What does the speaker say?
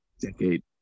decade